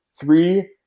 three